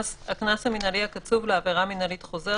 הקנס המנהלי הקצוב לעבירה מינהלית חוזרת